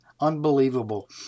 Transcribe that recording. unbelievable